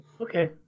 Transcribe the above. Okay